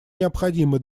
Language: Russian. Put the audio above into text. необходимо